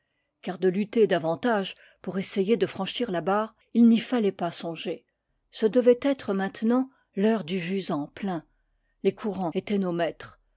car de lutter davantage pour essayer de franchir la barre il n'y fallait pas songer ce devait être maintenant l'heure du jusant plein les courants étaient nos maîtres